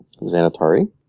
Xanatari